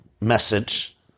message